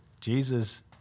Jesus